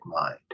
mind